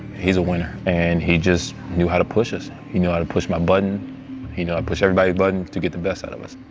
he's a winner and he just knew how to push us. he knew how to push my button, he knew how to push everybody's buttons to get the best out of us.